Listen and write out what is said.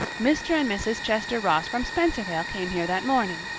mr. and mrs. chester ross from spencervale came here that morning.